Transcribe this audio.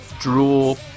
Drool